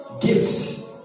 gifts